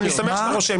אני שמח שאתה רושם,